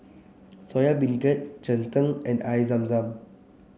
Soya Beancurd Cheng Tng and Air Zam Zam